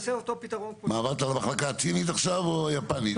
עברת למחלקה הצינית עכשיו או היפנית?